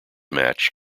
match